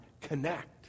connect